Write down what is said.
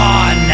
on